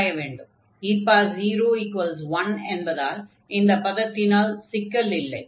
e01 என்பதால் இந்த பதத்தினால் சிக்கல் இல்லை